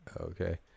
Okay